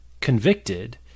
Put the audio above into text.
convicted